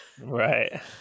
right